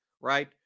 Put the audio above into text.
right